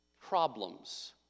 problems